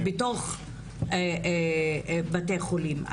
בתוך בתי חולים.